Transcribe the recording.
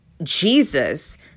Jesus